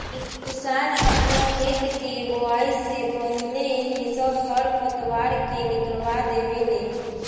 किसान आपन खेत के बोआइ से पाहिले ही सब खर पतवार के निकलवा देवे ले